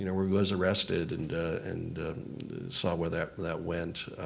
you know where he was arrested and and saw where that that went.